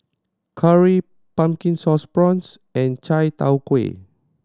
curry Pumpkin Sauce Prawns and chai tow kway